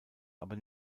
aber